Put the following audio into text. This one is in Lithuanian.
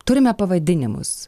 turime pavadinimus